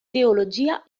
teologia